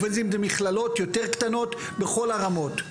ובין אם זה מכללות יותר קטנות בכל הרמות.